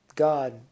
God